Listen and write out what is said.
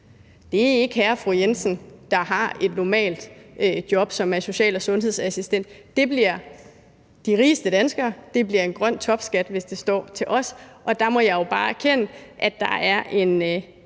ikke hr. og fru Jensen, der har et normalt job, f.eks. som social- og sundhedsassistent. Det bliver de rigeste danskere. Det bliver en grøn topskat, hvis det står til os. Og der må jeg jo bare erkende, at der er en